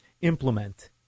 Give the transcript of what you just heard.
implement